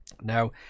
Now